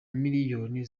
miliyoni